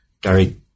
Gary